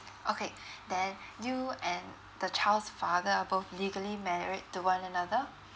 okay then you and the child's father are both legally married to one another